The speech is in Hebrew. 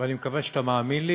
ואני מקווה שאתה מאמין לי,